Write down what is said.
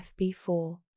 FB4